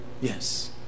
yes